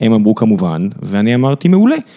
הם אמרו כמובן ואני אמרתי מעולה.